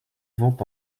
vont